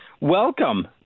Welcome